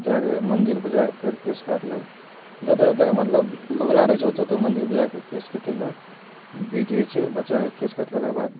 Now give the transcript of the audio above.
जाके मन्दिरमे जाके फेर केश काटलक जतऽ जतऽ के मतलब कबुला रहैत छै ओतऽ ओतऽ मन्दिरमे जाकऽ केश कटेलक बिध होइत छै बच्चाके केश कटेलाके बाद